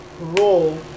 role